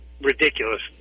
ridiculous